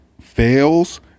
fails